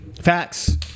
Facts